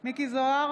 מכלוף מיקי זוהר,